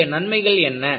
இதனுடைய நன்மைகள் என்ன